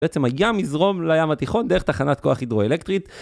בעצם הגיע מזרום לים התיכון דרך תחנת כוח הידרואלקטרית.